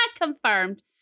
Confirmed